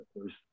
first